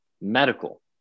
medical